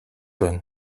байна